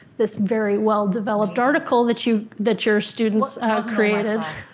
this very well-developed article that your that your students created.